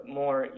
more